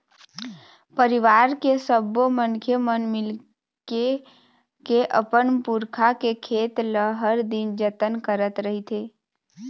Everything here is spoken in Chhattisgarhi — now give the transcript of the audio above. परिवार के सब्बो मनखे मन मिलके के अपन पुरखा के खेत ल हर दिन जतन करत रहिथे